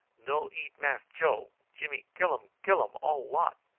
no eat mass joe. jimmy killum killum all lot.